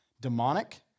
demonic